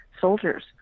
soldiers